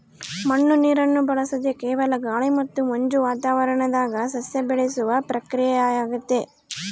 ಮಣ್ಣು ನೀರನ್ನು ಬಳಸದೆ ಕೇವಲ ಗಾಳಿ ಮತ್ತು ಮಂಜು ವಾತಾವರಣದಾಗ ಸಸ್ಯ ಬೆಳೆಸುವ ಪ್ರಕ್ರಿಯೆಯಾಗೆತೆ